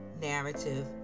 narrative